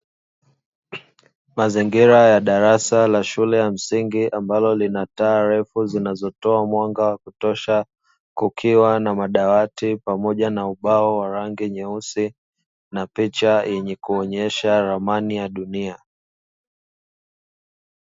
Mazingira ya darasa la shule ya msingi ambalo lina taa refu zinazotoa mwanga wa kutosha kukiwa na madawati pamoja na ubao wa rangi nyeusi na picha yenye kuonyesha ramani ya dunia.